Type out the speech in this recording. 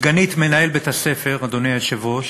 סגנית מנהל בית-הספר, אדוני היושב-ראש,